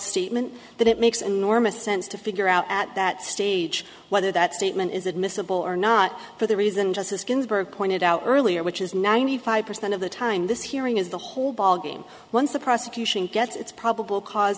statement that it makes enormous sense to figure out at that stage whether that statement is admissible or not for the reason justice ginsburg pointed out earlier which is ninety five percent of the time this hearing is the whole ballgame once the prosecution gets its probable cause